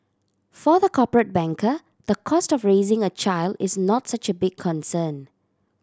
for the corporate banker the cost of raising a child is not such a big concern